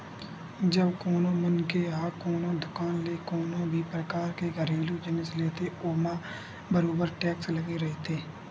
जब कोनो मनखे ह कोनो दुकान ले कोनो भी परकार के घरेलू जिनिस लेथे ओमा बरोबर टेक्स लगे रहिथे